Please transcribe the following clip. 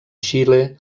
xile